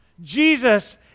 Jesus